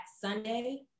Sunday